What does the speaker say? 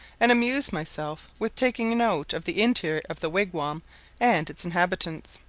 and amused myself with taking note of the interior of the wigwam and its inhabitants.